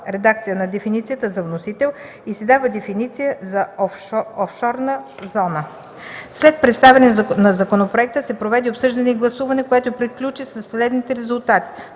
редакция на дефиницията за „вносител” и се дава дефиниция за „офшорна зона”. След представяне на законопроекта се проведе обсъждане и гласуване, което приключи при следните резултати: